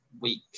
week